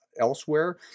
elsewhere